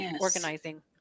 organizing